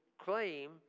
claim